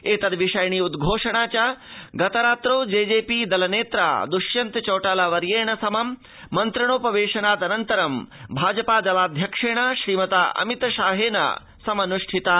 एतद् विषयिणी उद्घोषणा च गतरात्रौ जेजेपी दलनेत्रा दृष्यन्त चौटाला वर्येण समं मन्त्रणोपवेशनाद् अनन्तरं भाजपा दलाध्यक्षेण श्रीमता अमित शाहेन समाचरिता